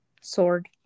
sword